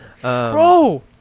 bro